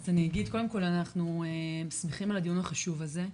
אז אני אגיד קודם כל שאנחנו שמחים על הדיון החשוב הזה.